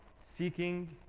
seeking